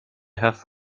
have